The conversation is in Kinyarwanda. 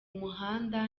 muhanda